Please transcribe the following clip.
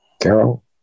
Carol